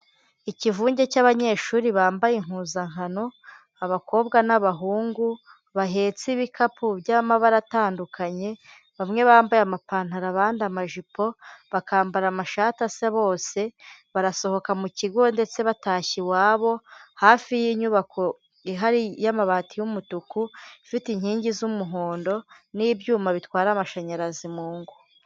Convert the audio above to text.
Ikivunge cy'abanyeshuri bambaye impuzankano, abakobwa n'abahungu bahetse ibikapu by'amabara atandukanye, bamwe bambaye amapantaro abandi amajipo, bakambara amashati asa bose, barasohoka mu kigo ndetse batashye iwabo, hafi y'inyubako ihari y'amabati y'umutuku, ifite inkingi z'umuhondo n'ibyuma bitwara amashanyarazi mu ngo.